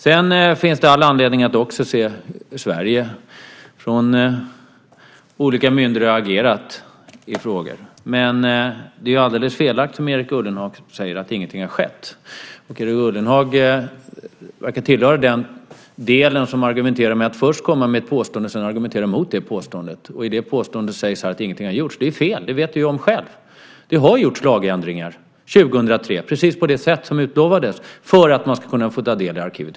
Sedan finns det också all anledning att se hur olika myndigheter i Sverige har agerat i frågor. Men det är alldeles felaktigt att ingenting har skett, som Erik Ullenhag säger. Erik Ullenhag verkar tillhöra dem som först kommer med ett påstående och sedan argumenterar mot det påståendet. Det påståendet är att ingenting har gjorts. Det är fel. Det vet du ju om själv. Det har gjorts lagändringar 2003 precis på det sätt som utlovades för att man ska kunna få ta del av arkiven.